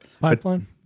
Pipeline